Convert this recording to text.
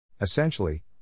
Essentially